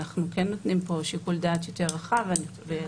אנחנו כן נותנים פה שיקול דעת יותר רחב ואכן